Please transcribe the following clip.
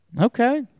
Okay